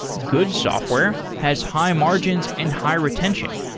good software has high margins and high retention,